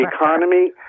economy